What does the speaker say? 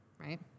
right